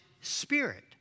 Spirit